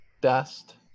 dust